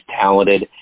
talented